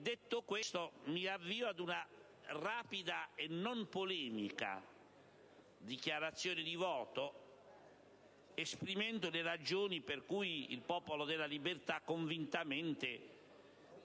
Detto questo, mi avvio ad una rapida e non polemica dichiarazione di voto, esprimendo le ragioni per cui il Popolo della Libertà convintamente